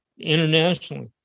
Internationally